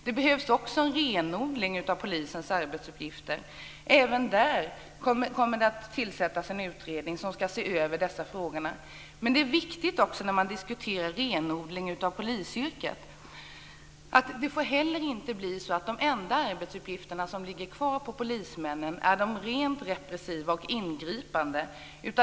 Det behövs också en renodling av polisens arbetsuppgifter. Och det kommer även att tillsättas en utredning som ska se över de frågorna. Men när man diskuterar en renodling av polisyrket är det viktigt att säga att det inte heller får bli så att de enda arbetsuppgifterna som ligger kvar på polismännen är de rent repressiva och ingripande.